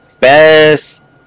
Best